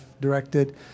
directed